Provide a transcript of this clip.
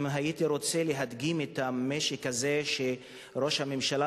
אם הייתי רוצה להדגים את המשק הזה שראש הממשלה